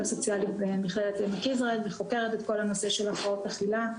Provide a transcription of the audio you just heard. סוציאלית במכללת עמק יזרעאל וחוקרת את כל הנושא של הפרעות אכילה,